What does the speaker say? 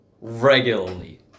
Regularly